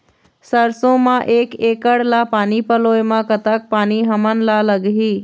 सरसों म एक एकड़ ला पानी पलोए म कतक पानी हमन ला लगही?